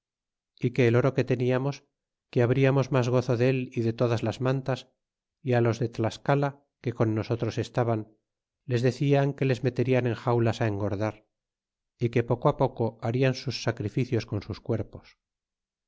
y que l el oro que teníamos que habríamos mas gozo dél y de todas las mantas y á los de tlascala que con nosotros estaban les decian que les meterian en jaulas ó eng'irdar y que poco poco harían sus sacrificios con sus cuerpos